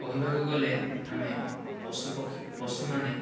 କହିବାକୁ ଗଲେ ଆମେ ପଶୁପକ୍ଷୀ ପଶୁ ମାନେ